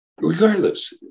regardless